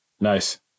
Nice